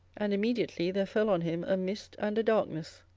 and immediately there fell on him a mist and a darkness